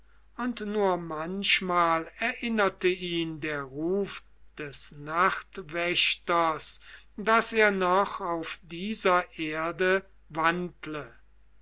und nur manchmal erinnerte ihn der ruf des nachtwächters daß er noch auf dieser erde wandle